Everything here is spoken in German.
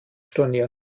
stornieren